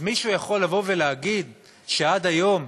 אז מישהו יכול לבוא ולהגיד שעד היום